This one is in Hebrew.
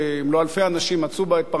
אם לא אלפים של אנשים מצאו בה את פרנסתם,